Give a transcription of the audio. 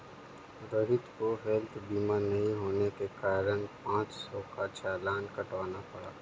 रोहित को हैल्थ बीमा नहीं होने के कारण पाँच सौ का चालान कटवाना पड़ा